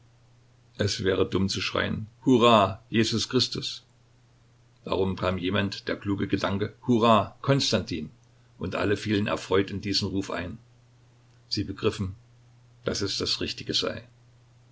es wäre dumm zu schreien hurra jesus christus darum kam jemand der kluge gedanke hurra konstantin und alle fielen erfreut in diesen ruf ein sie begriffen daß es das richtige sei